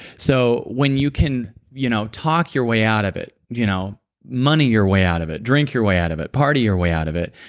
so, when you can you know talk your way out of it, you know money your way out of it, drink your way out of it, party your way out of it,